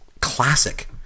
classic